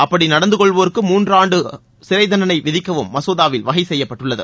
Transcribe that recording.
அப்படி நடந்துகொள்வோருக்கு மூன்றாண்டுகள் வரை சிறைத்தண்டனை விதிக்கவும் மசோதாவில் வகை செய்யப்பட்டுள்ளது